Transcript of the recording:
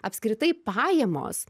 apskritai pajamos